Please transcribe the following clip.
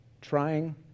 trying